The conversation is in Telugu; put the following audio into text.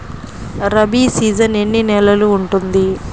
రబీ సీజన్ ఎన్ని నెలలు ఉంటుంది?